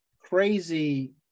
crazy